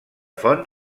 font